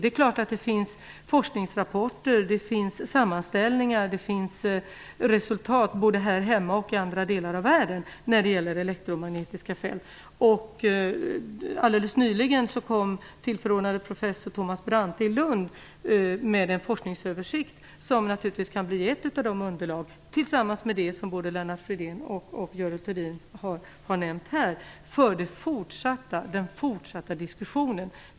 Det är klart att det finns forskningsrapporter, sammanställningar och resultat både här hemma och i andra delar av världen om elektromagnetiska fält. Alldeles nyligen kom tillförordnade professor Thomas Brante i Lund med en forskningsöversikt som naturligtvis kan bli ett underlag, tillsammans med det som både Lennart Fridén och Görel Thurdin har nämnt här, för den fortsatta diskussionen.